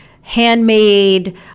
handmade